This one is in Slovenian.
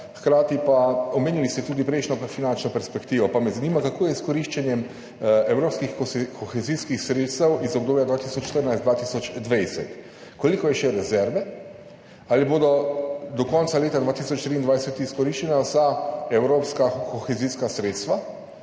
Hkrati pa, omenili ste tudi prejšnjo finančno perspektivo. Zanima me: Kako je s koriščenjem evropskih kohezijskih sredstev iz obdobja 2014–2020. Koliko je še rezerve? Ali bodo do konca leta 2023 izkoriščena vsa evropska kohezijska sredstva?